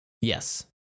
yes